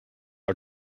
are